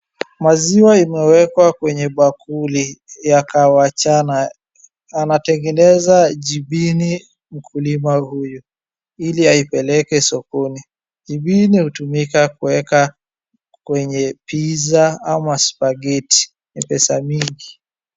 Maziwa imewekwa kwenye bakuli yakawachana. Anatengeneza jibini mkulima huyu, ili aipeleke sokoni. Jibini inatumika kuweka kwenye [c]pizza[c] ama [c]spaghetti[c].Ni pesa mingi.